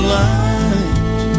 light